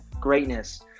greatness